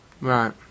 Right